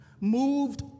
moved